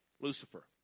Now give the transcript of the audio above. Lucifer